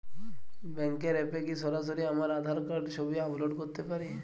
ব্যাংকের অ্যাপ এ কি সরাসরি আমার আঁধার কার্ড র ছবি আপলোড করতে পারি?